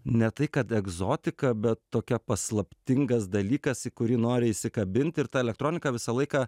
ne tai kad egzotika bet tokia paslaptingas dalykas į kurį nori įsikabint ir ta elektronika visą laiką